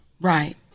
Right